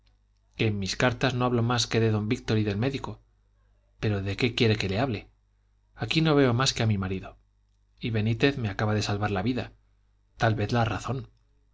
en mis cartas no hablo más que de don víctor y del médico pero de qué quiere que le hable aquí no veo más que a mi marido y benítez me acaba de salvar la vida tal vez la razón